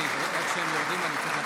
אני, בנימין נתניהו, בן צילה